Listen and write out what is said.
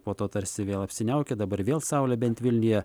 po to tarsi vėl apsiniaukė dabar vėl saulė bent vilniuje